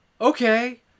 Okay